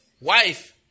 wife